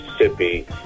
mississippi